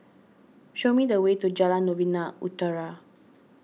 show me the way to Jalan Novena Utara